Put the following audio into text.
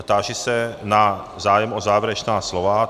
Táži se na zájem o závěrečná slova.